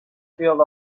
field